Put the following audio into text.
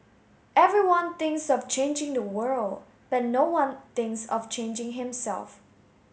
everyone thinks of changing the world but no one thinks of changing himself